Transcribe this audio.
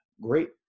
Great